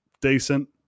decent